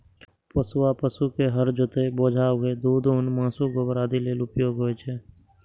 पोसुआ पशु के हर जोतय, बोझा उघै, दूध, ऊन, मासु, गोबर आदि लेल उपयोग होइ छै